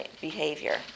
behavior